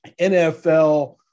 NFL